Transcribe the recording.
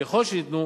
ככל שניתנו,